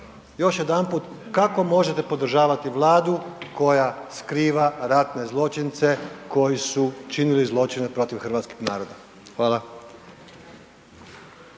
Još jedanput kako možete podržavati Vladu koja skriva ratne zločince koji su čini zločine protiv hrvatskog naroda? Hvala.